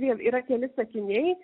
vėl yra keli sakiniai